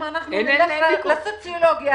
אם אנחנו נלך לסוציולוגיה,